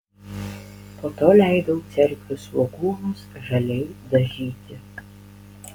po to leidau cerkvių svogūnus žaliai dažyti